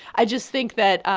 i just think that,